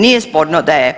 Nije sporno da